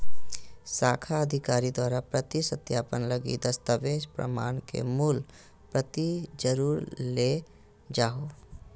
शाखा अधिकारी द्वारा प्रति सत्यापन लगी दस्तावेज़ प्रमाण के मूल प्रति जरुर ले जाहो